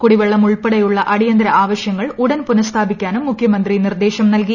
കുടിവെള്ളം ഉൾപ്പെടെയുള്ള അടിയന്തര ആവശ്യങ്ങൾ ഉടൻ പുനസ്ഥാപിക്കാനും മുഖ്യമന്ത്രി നിർദ്ദേശം നൽകി